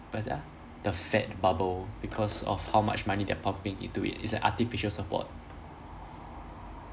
what is it ah the fat bubble because of how much money they are pumping into it it's like artificial support